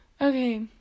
Okay